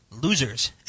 losers